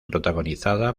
protagonizada